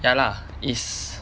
ya lah it's